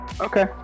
Okay